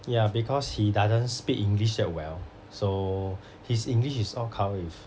ya because he doesn't speak english that well so his english is all come with